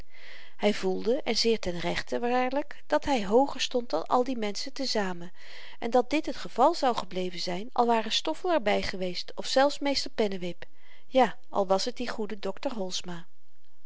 hy voelde en zeer ten rechte waarlyk dat hy hooger stond dan al die menschen te-zamen en dat dit het geval zou gebleven zyn al ware stoffel er by geweest of zelfs meester pennewip ja al was t die goede dokter holsma